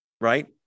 right